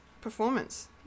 performance